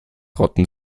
rotten